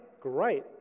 great